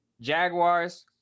Jaguars